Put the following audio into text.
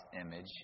image